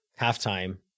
halftime